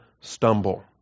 stumble